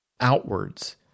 outwards